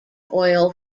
oil